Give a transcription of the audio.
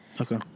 okay